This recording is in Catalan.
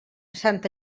santa